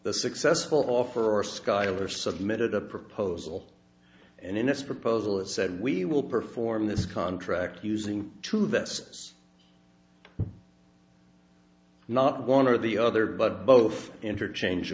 the successful offer or skyler submitted a proposal and in this proposal it said we will perform this contract using two that's not one or the other but both interchange